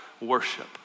worship